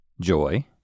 Joy